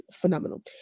phenomenal